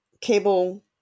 Cable